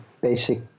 basic